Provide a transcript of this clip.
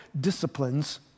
disciplines